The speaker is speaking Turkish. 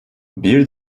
bir